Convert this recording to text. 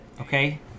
okay